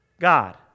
God